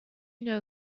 know